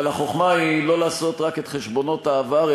אבל החוכמה היא לא לעשות רק את חשבונות העבר,